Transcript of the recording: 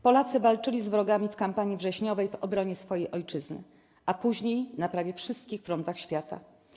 Polacy walczyli z wrogami w Kampanii Wrześniowej w obronie swojej Ojczyzny, a później na prawie wszystkich frontach świata.